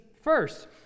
first